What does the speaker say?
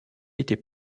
était